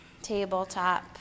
Tabletop